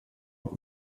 har